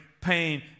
pain